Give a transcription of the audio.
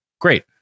great